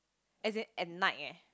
as in as night eh